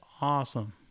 awesome